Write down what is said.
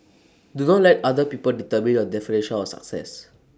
do not let other people determine your definition of success